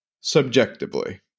subjectively